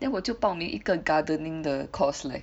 then 我就报名一个 gardening the course leh